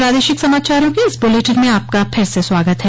प्रादेशिक समाचारों के इस बुलेटिन में आपका फिर से स्वागत है